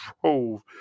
drove